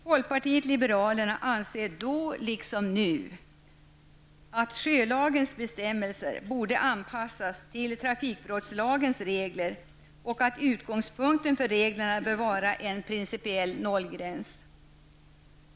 Folkpartiet liberalerna ansåg då liksom nu att sjölagens bestämmelser borde anpassas till trafikbrottslagens regler, och att utgångspunkten för reglerna bör vara en principiell nollgräns.